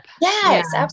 Yes